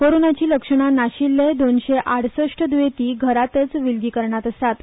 कोरोनाची लक्षणा नाशिल्ले दोनशे आडसष्ट द्येंती घरात विलगीकरणात आसात